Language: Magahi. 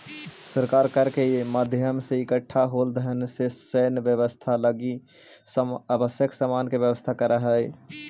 सरकार कर के माध्यम से इकट्ठा होल धन से सैन्य व्यवस्था लगी आवश्यक सामान के व्यवस्था करऽ हई